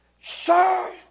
sir